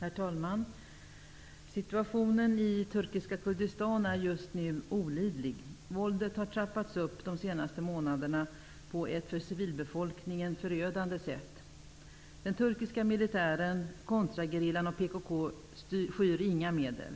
Herr talman! Situationen i turkiska Kurdistan är just nu olidlig. Våldet har trappats upp de senaste månaderna på ett för civilbefolkningen förödande sätt. Den turkiska militären, kontragerillan och PKK skyr inga medel.